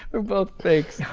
we're both fakes.